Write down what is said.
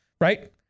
Right